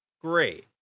great